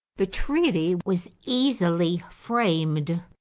the treaty was easily framed,